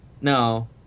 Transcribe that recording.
No